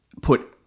put